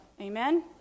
Amen